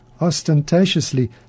ostentatiously